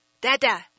Dada